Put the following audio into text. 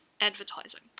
advertising